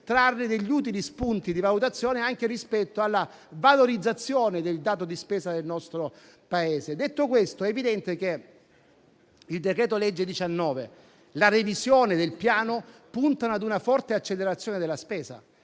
trarre utili spunti di valutazione anche rispetto alla valorizzazione del dato di spesa del nostro Paese. Detto questo, sottolineo che il decreto-legge n. 19 e la revisione del Piano puntano ad una forte accelerazione della spesa.